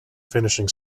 finishing